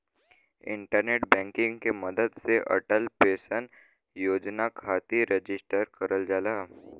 internet banking के मदद से अटल पेंशन योजना खातिर रजिस्टर करल जाला